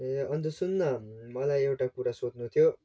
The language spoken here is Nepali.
ए अन्त सुन न मलाई एउटा सोध्नु थियो